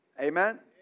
Amen